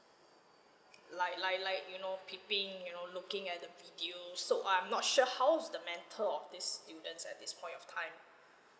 like like like you know peeping you know looking at the videos so I'm not sure how's the mental of these students at this point of time